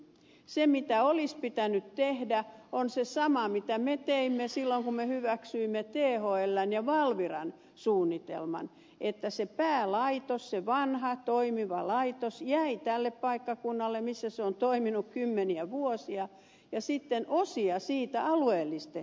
se mitä olisi pitänyt tehdä on se sama mitä me teimme silloin kun me hyväksyimme thln ja valviran suunnitelman että se päälaitos se vanha toimiva laitos jäi tälle paikkakunnalle missä se on toiminut kymmeniä vuosia ja sitten osia siitä alueellistettiin